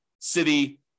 city